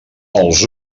els